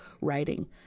writing